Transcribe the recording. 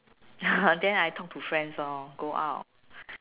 then I talk to friends lor go out